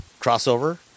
crossover